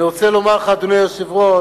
אני רוצה לומר לך, אדוני היושב-ראש,